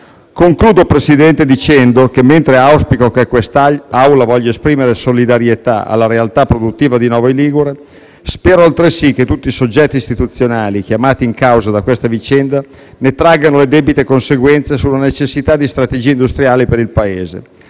signor Presidente, dicendo che mentre auspico che quest'Assemblea desideri esprimere solidarietà alla realtà produttiva di Novi Ligure, spero altresì che tutti i soggetti istituzionali chiamati in causa da questa vicenda traggano le debite conseguenze sulla necessità di strategie industriali per il Paese,